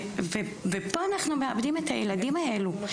פה אנחנו מאבדים את הילדים האלה.